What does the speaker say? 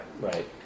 Right